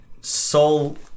soul